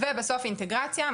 ובסוף אינטגרציה,